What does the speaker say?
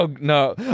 No